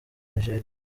nigeria